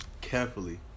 carefully